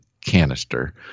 canister